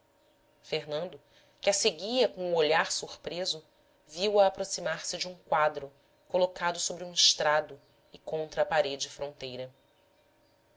fernando que a seguia com o olhar surpreso viu-a aproximar-se de um quadro colocado sobre um estrado e contra a parede fronteira